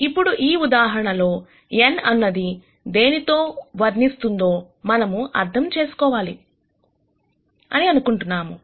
ఇప్పుడు ఈ ఉదాహరణ లో n అన్నది దేనిని వర్ణిస్తుందో మనము అర్థం చేసుకోవాలి అని అనుకుంటున్నాము